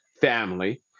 family